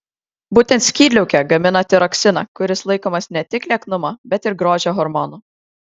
būtent skydliaukė gamina tiroksiną kuris laikomas ne tik lieknumo bet ir grožio hormonu